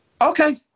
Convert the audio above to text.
Okay